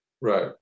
Right